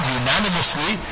unanimously